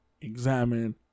examine